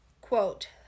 quote